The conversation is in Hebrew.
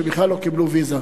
שבכלל לא קיבלו ויזה.